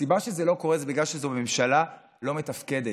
הסיבה שזה לא קורה היא שזו ממשלה לא מתפקדת.